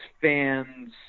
fans